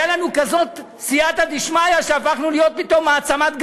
והייתה לנו כזאת סייעתא דשמיא שהפכנו להיות פתאום מעצמת גז,